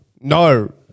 No